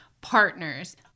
partners